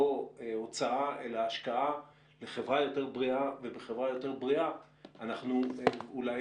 לא הוצאה אלא השקעה לחברה יותר בריאה ובחברה יותר בריאה אנחנו אולי